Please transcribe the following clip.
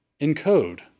encode